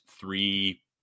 three